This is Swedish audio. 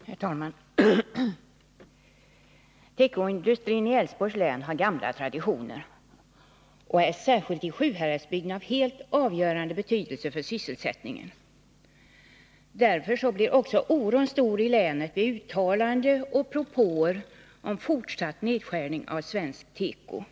Herr talman! Tekoindustrin i Älvsborgs län har gamla traditioner och är särskilt i Sjuhäradsbygden av helt avgörande betydelse för sysselsättningen. Därför blev också oron stor i länet efter uttalanden och propåer om fortsatt nedskärning av svensk tekoindustri.